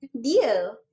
deal